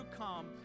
come